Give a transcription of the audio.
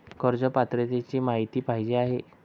कर्ज पात्रतेची माहिती पाहिजे आहे?